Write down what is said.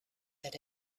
that